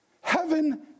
heaven